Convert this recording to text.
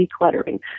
decluttering